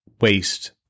waste